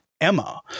Emma